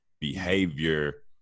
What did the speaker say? behavior